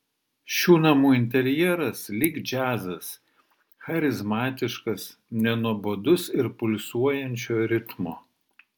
šių namų interjeras lyg džiazas charizmatiškas nenuobodus ir pulsuojančio ritmo